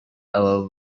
aba